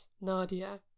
Nadia